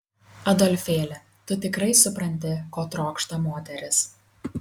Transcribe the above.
adolfėli tu tikrai supranti ko trokšta moteris